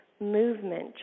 movement